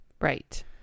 Right